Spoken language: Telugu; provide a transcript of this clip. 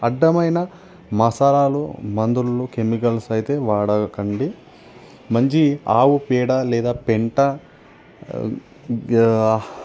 అడ్డమైన మసాలాలు మందులు కెమికల్స్ అయితే వాడకండి మంచి ఆవు పేడా లేదా పెంట గా